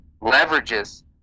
leverages